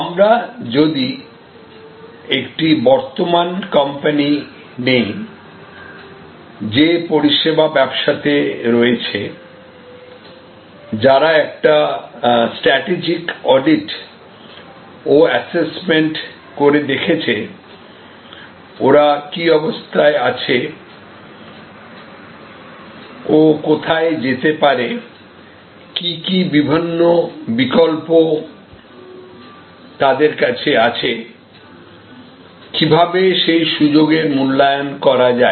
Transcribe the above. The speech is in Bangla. আমরা যদি একটি বর্তমান কম্পানি নেই যে পরিষেবা ব্যবসাতে রয়েছে যারা একটি স্ট্র্যাটেজিক অডিট ও অ্যাসেসমেন্ট করে দেখছে ওরা কি অবস্থায় আছে ও কোথায় যেতে পারে কি কি বিভিন্ন বিকল্প তাদের কাছে আছে কিভাবে সেই সুযোগের মূল্যায়ন করা যায়